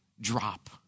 drop